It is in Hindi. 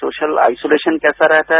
सोशल आइसोलेशन कैसा रहता है